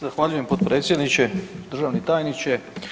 Zahvaljujem potpredsjedniče, državni tajniče.